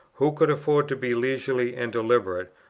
who could afford to be leisurely and deliberate,